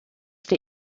der